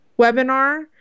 webinar